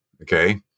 Okay